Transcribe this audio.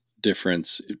difference